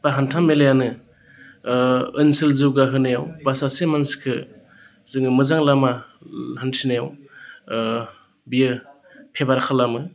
बा हान्था मेलायानो ओनसोल जौगाहोनायाव बा सासे मानसिखो जोङो मोजां लामा हान्थिनायाव बियो फेभार खालामो